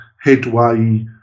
Headway